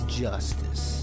justice